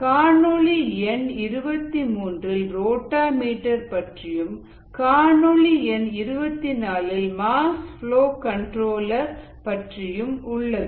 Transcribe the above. காணொளி எண்23 இல் ரோட்டா மீட்டர்பற்றியும் காணொளி எண்24 இல் மாஸ் ஃப்லோ கண்ட்ரோலர் பற்றியும் உள்ளது